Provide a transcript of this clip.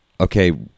okay